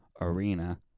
arena